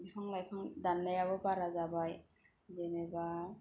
बिफां लाइफां दान्नायाबो बारा जाबाय जेनेबा